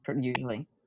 usually